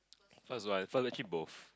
that's why so I'm actually both